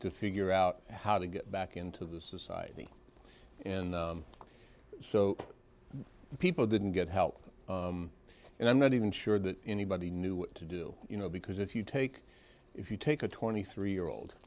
to figure out how to get back into the society in so people didn't get help and i'm not even sure that anybody knew what to do you know because if you take if you take a twenty three year old